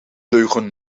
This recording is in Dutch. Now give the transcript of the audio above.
leugen